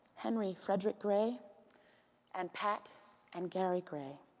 henry frederick-gray and pat and gary gray